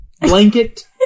blanket